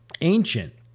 ancient